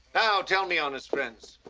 now, tell me, honest friends,